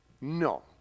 No